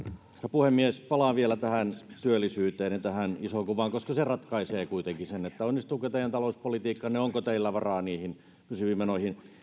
puhemies palaan vielä tähän työllisyyteen ja tähän isoon kuvaan koska se ratkaisee kuitenkin sen onnistuuko teidän talouspolitiikkanne ja onko teillä varaa niihin pysyviin menoihin